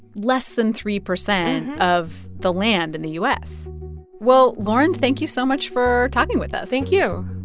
less than three percent of the land in the u s well, lauren, thank you so much for talking with us thank you